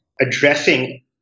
addressing